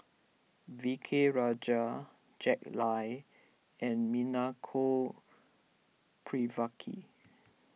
V K Rajah Jack Lai and Prvacki